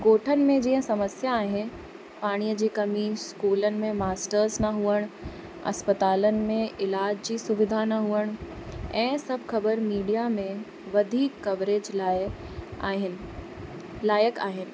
ॻोठनि में जीअं समस्या आहे पाणीअ जी कमी स्कूलनि में मास्टर्स न हुअणु इस्पतालनि में इलाज जी सुविधा न हुअण ऐं सभु ख़बर मीडिया में वधीक कवरेज लाइ आहिनि लाइक़ु आहिनि